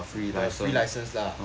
the free license lah